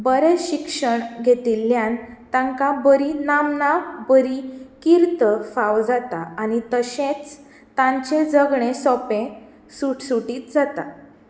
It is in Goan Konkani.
बरें शिक्षण घेतिल्ल्यान तांकां बरी नामना बरी किर्त फाव जाता आनी तशेंच तांचें जगणें सोपें सुटसुटीत जाता